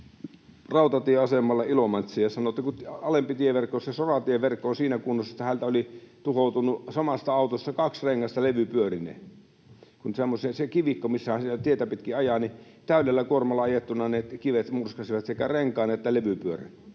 rautatieasemalle Ilomantsiin, ja sanoi, että kun alempi tieverkko, soratieverkko, on siinä kunnossa, niin häneltä oli tuhoutunut samasta autosta kaksi rengasta levypyörineen, kun siinä kivikossa, missä hän tietä pitkin ajaa, täydellä kuormalla ajettuna ne kivet murskasivat sekä renkaan että levypyörän.